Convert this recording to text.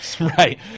Right